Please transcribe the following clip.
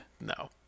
No